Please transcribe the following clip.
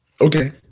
okay